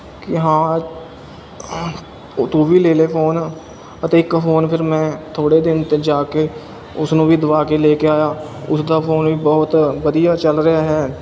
ਕਿ ਹਾਂ ਤੂੰ ਵੀ ਲੈ ਲੈ ਫੋਨ ਅਤੇ ਇੱਕ ਫੋਨ ਫੇਰ ਮੈਂ ਥੋੜ੍ਹੇ ਦਿਨ ਜਾ ਕੇ ਉਸਨੂੰ ਵੀ ਦਵਾ ਕੇ ਲੈ ਕੇ ਆਇਆ ਉਸਦਾ ਫੋਨ ਵੀ ਬਹੁਤ ਵਧੀਆ ਚੱਲ ਰਿਹਾ ਹੈ